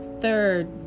Third